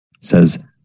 Says